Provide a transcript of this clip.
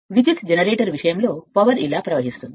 కాబట్టి అంటే విద్యుత్ జనరేటర్ పవర్ ఇలా ప్రవహిస్తుంది